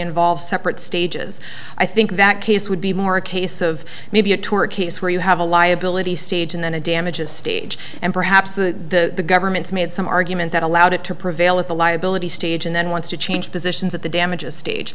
involves separate stages i think that case would be more a case of maybe a tour a case where you have a liability stage and then a damages stage and perhaps the government's made some argument that allowed it to prevail at the liability stage and then wants to change positions at the damages stage